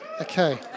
Okay